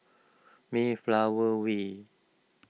Mayflower Way